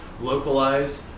localized